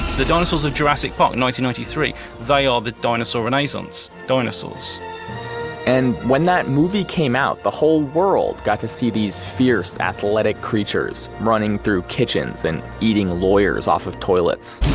the dinosaurs of jurassic park one ninety three they are the dinosaur renaissance dinosaurs and when that movie came out the whole world got to see these fierce, athletic, creatures, running through kitchens and eating lawyers off of toilets